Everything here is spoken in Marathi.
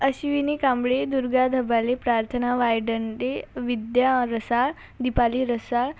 अश्विनी कांबळे दुर्गा धबाले प्रार्थना वायदंडे विद्या रसाळ दीपाली रसाळ